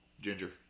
ginger